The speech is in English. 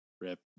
Rip